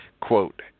quote